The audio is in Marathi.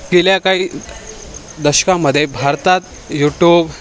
गेल्या काही दशकामध्ये भारतात यूटूब